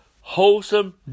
wholesome